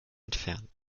entfernen